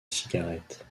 cigarette